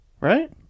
Right